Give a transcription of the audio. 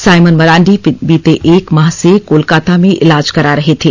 Simon Marandi बीते एक माह से कोलकाता में इलाज करा रहे थे